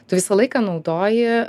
tu visą laiką naudoji